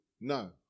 No